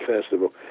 Festival